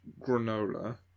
granola